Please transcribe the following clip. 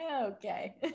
okay